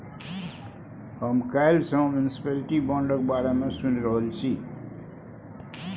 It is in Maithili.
हम काल्हि सँ म्युनिसप्लिटी बांडक बारे मे सुनि रहल छी